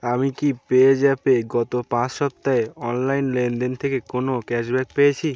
আমি কি পেজ্যাপে গত পাঁচ সপ্তাহে অনলাইন লেনদেন থেকে কোনো ক্যাশব্যাক পেয়েছি